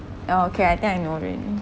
oh okay I think I know already